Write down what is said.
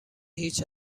هیچ